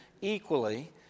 equally